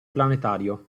planetario